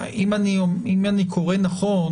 אם אני קורא נכון